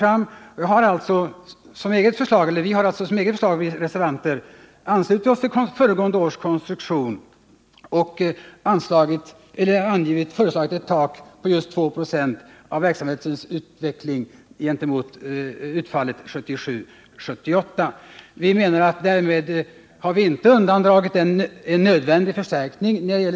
Jag har tagit fasta på de synpunkter som kommit fram, och vi reservanter har anslutit oss till föregående års konstruktion och föreslagit ett tak på just 2 96 av verksamhetens utveckling gentemot utfallet 1977/78. Vi menar att vi därmed inte har undandragit en nödvändig förstärkning om 2 kr.